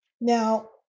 Now